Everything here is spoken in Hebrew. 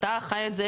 אתה חי את זה.